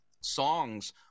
songs